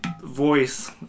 voice